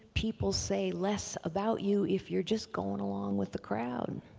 people say less about you if you're just going along with the crowd.